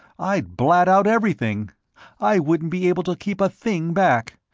i'd blat out everything i wouldn't be able to keep a thing back.